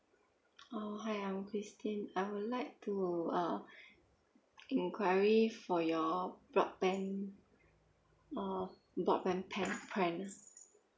oh hi I'm christine I would like to uh inquiry for your broadband uh broadband pan plans